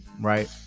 right